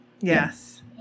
Yes